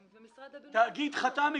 ומשרד הבינוי והשיכון --- התאגיד חתם,